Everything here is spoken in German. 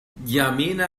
n’djamena